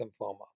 lymphoma